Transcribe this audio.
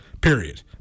period